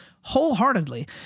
wholeheartedly